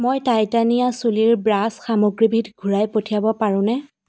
মই টাইটানিয়া চুলিৰ ব্ৰাছ সামগ্ৰীবিধ ঘূৰাই পঠিয়াব পাৰোঁনে